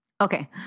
Okay